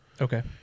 okay